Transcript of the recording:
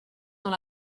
dans